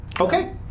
Okay